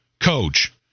coach